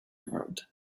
emerald